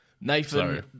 Nathan